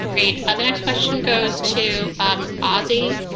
great. and the next question goes to um ozzy.